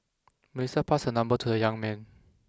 Melissa passed her number to the young man